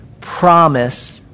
promise